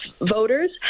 voters